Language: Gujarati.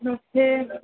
હ છે